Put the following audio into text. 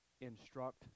instruct